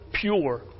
pure